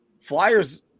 Flyers